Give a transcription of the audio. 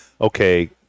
Okay